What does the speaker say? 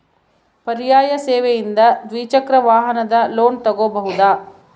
ಪರ್ಯಾಯ ಸೇವೆಯಿಂದ ದ್ವಿಚಕ್ರ ವಾಹನದ ಲೋನ್ ತಗೋಬಹುದಾ?